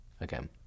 again